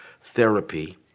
therapy